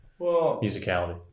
musicality